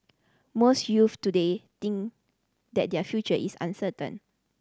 most youths today think that their future is uncertain